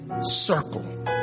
circle